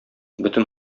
бөтен